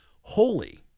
holy